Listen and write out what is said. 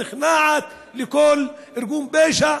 נכנעת לכל ארגון פשע?